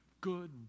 good